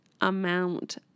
amount